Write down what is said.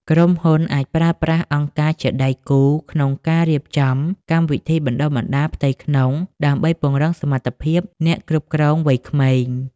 ក្រុមហ៊ុនអាចប្រើប្រាស់អង្គការជាដៃគូក្នុងការរៀបចំកម្មវិធីបណ្ដុះបណ្ដាលផ្ទៃក្នុង ដើម្បីពង្រឹងសមត្ថភាពអ្នកគ្រប់គ្រងវ័យក្មេង។